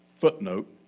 footnote